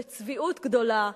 בצביעות גדולה,